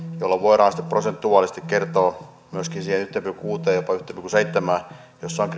jolloin voidaan sitten prosentuaalisesti kertoa myöskin siihen yhteen pilkku kuuteen jopa yhteen pilkku seitsemään jossa